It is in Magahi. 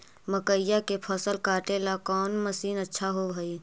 मकइया के फसल काटेला कौन मशीन अच्छा होव हई?